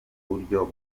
buryo